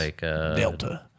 Delta